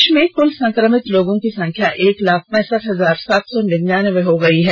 देश में कुल संक्रमित लोगों की संख्या एक लाख पैसठ हजार सात सौ निन्यानवे हो गई है